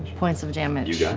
points of damage. yeah